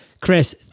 Chris